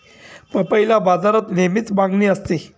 पपईला बाजारात नेहमीच मागणी असते